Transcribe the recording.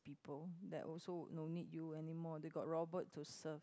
people that also would no need you anymore they got robot to serve